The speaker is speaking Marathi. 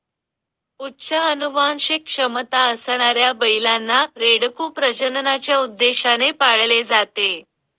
उच्च अनुवांशिक क्षमता असणाऱ्या बैलांना, रेडकू प्रजननाच्या उद्देशाने पाळले जाते